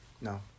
No